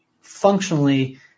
functionally